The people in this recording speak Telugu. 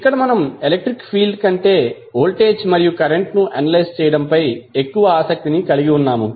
ఇక్కడ మనం ఎలక్ట్రిక్ ఫీల్డ్ కంటే వోల్టేజ్ మరియు కరెంట్ను అనలైజ్ చేయడం పై ఎక్కువ ఆసక్తి కలిగి ఉన్నాము